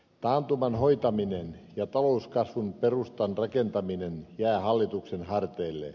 taantuman hoitaminen ja talouskasvun perustan rakentaminen jää hallituksen harteille